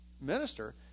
minister